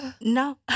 no